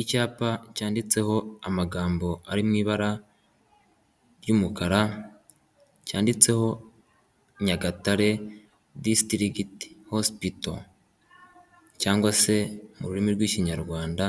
Icyapa cyanditseho amagambo ari mu ibara ry'umukara, cyanditseho nyagatare district hospital cyangwa se mu rurimi rw'ikinyarwanda